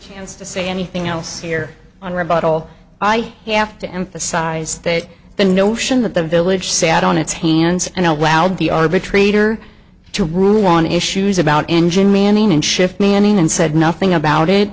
can't say anything else here on rebuttal i have to emphasize that the notion that the village sat on its hands and allowed the arbitrator to rule on issues about engine manning and shift manning and said nothing about it